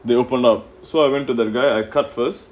they open up so I went to the guy I cut first